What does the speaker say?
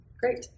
Great